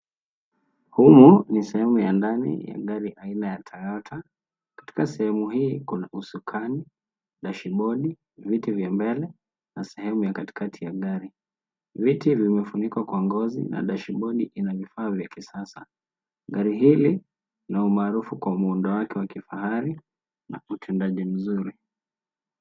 Humu ni sehemu ya ndani ya gari aina ya Toyota. Katika sehemu hii kuna usukani, dashibodi, viti vya mbele na sehemu ya katikati ya gari. Viti vimefunikwa kwa ngozi na dashibodi ina vifaa vya kisasa. Gari hili na umaarufu kwa muundo wake wa kifahari na utendaji mzuri.